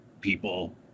people